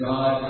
God